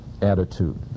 attitude